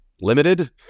limited